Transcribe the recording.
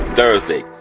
Thursday